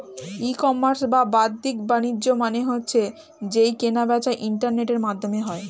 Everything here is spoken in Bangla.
ই কমার্স বা বাদ্দিক বাণিজ্য মানে হচ্ছে যেই কেনা বেচা ইন্টারনেটের মাধ্যমে হয়